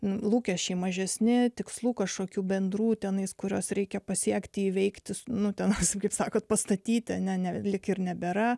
lūkesčiai mažesni tikslų kažkokių bendrų tenais kuriuos reikia pasiekti įveikti nu tenais kaip sakot pastatyti ane ne lyg ir nebėra